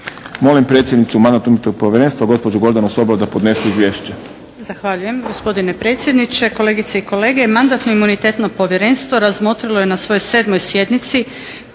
Molim predsjednicu Mandatno-imunitetnog povjerenstva gospođu Gordanu Sobol da podnese izvješće.